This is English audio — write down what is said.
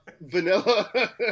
vanilla